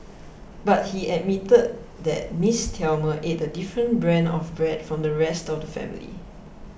but he admitted that Miss Thelma ate a different brand of bread from the rest of the family